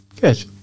Good